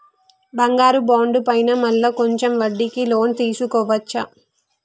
బంగారు బాండు పైన మళ్ళా కొంచెం వడ్డీకి లోన్ తీసుకోవచ్చా?